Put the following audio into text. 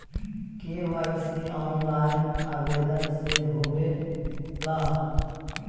KYC online आवेदन से होवे ला?